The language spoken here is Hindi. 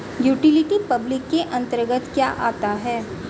यूटिलिटी पब्लिक के अंतर्गत क्या आता है?